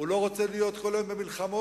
הוא לא רוצה להיות כל היום במלחמות.